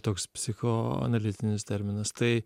toks psichoanalitinis terminas tai